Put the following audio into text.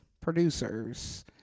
producers